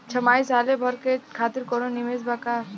छमाही चाहे साल भर खातिर कौनों निवेश बा का?